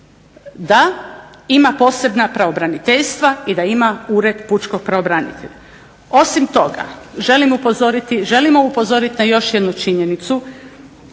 da ima posebna pravobraniteljstva i da ima ured pučkog pravobranitelja. Osim toga želimo upozoriti na još jednu činjenicu,